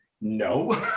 No